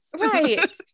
Right